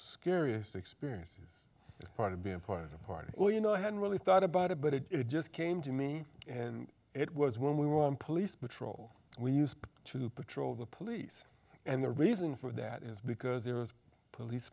scariest experiences is part of being pointed a part well you know i hadn't really thought about it but it just came to me and it was when we were in police patrol we used to patrol the police and the reason for that is because there was police